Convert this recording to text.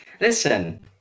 Listen